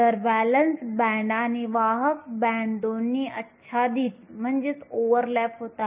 तर valence band आणि वाहक बँड दोन्ही आच्छादित होतात